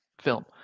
film